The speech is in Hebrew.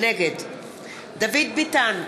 נגד דוד ביטן,